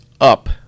up